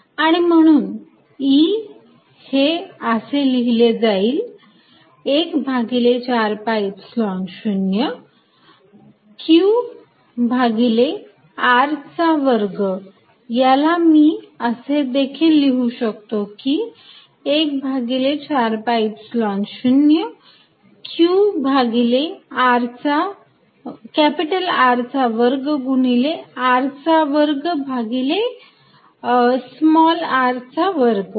ER14π0QR2 आणि म्हणून E हे असे लिहिले जाईल एक भागिले 4 pi Epsilon 0 Q भागिले r चा वर्ग याला मी असे देखील लिहू शकतो एक भागिले 4 pi Epsilon 0 Q भागिले R चा वर्ग गुणिले R चा वर्ग भागिले r चा वर्ग